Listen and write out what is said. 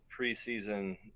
preseason